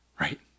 right